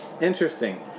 Interesting